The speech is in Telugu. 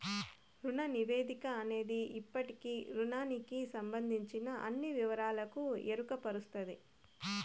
రుణ నివేదిక అనేది ఇప్పటి రుణానికి సంబందించిన అన్ని వివరాలకు ఎరుకపరుస్తది